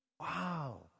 Wow